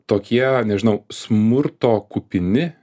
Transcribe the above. tokie nežinau smurto kupini